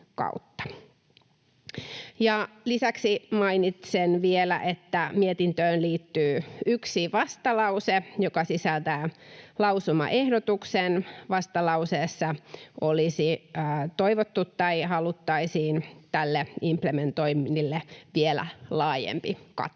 Lisäksi mainitsen vielä, että mietintöön liittyy yksi vastalause, joka sisältää lausumaehdotuksen. Vastalauseessa olisi toivottu tai haluttaisiin tälle implementoinnille vielä laajempi kattavuus.